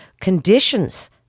conditions